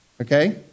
Okay